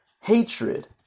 hatred